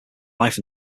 life